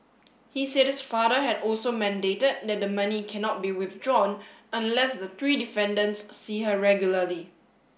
he said his father had also mandated that the money cannot be withdrawn unless the three defendants see her regularly